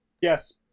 yes